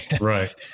Right